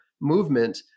movement